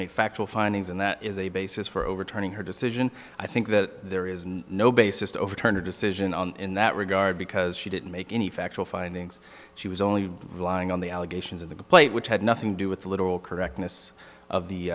make factual findings and that is a basis for overturning her decision i think that there is no basis to overturn a decision on in that regard because she didn't make any factual findings she was only relying on the allegations of the plate which had nothing to do with the literal correctness of the